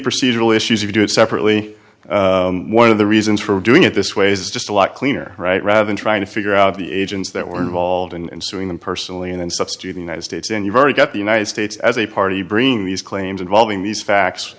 procedural issues if you do it separately one of the reasons for doing it this way is just a lot cleaner right rather than trying to figure out the agents that were involved and suing them personally and then substituting united states and you've already got the united states as a party bringing these claims involving these facts